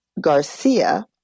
Garcia